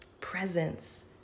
presence